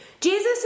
Jesus